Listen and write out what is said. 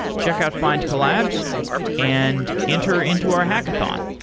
check out findcollabs and enter into our hackathon.